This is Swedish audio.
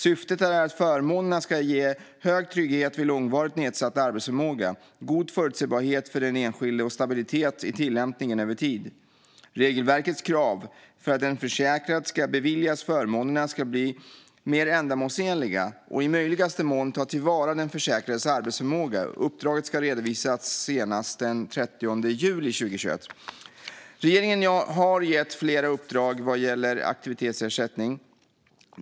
Syftet är att förmånerna ska ge hög trygghet vid långvarigt nedsatt arbetsförmåga, god förutsebarhet för den enskilde och stabilitet i tillämpningen över tid. Regelverkets krav för att en försäkrad ska beviljas förmånerna ska bli mer ändamålsenliga och i möjligaste mån ta till vara den försäkrades arbetsförmåga. Uppdraget ska redovisas senast den 30 juli 2021. Regeringen har gett flera uppdrag vad gäller aktivitetsersättning.